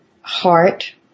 heart